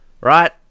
right